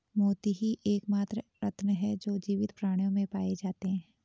मोती ही एकमात्र रत्न है जो जीवित प्राणियों में पाए जाते है